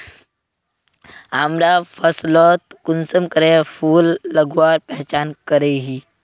हमरा फसलोत कुंसम करे फूल लगवार पहचान करो ही?